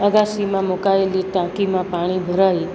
અગાશીમાં મુકાયેલી ટાંકીમાં પાણી ભરાયું